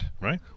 right